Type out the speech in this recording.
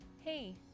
Hey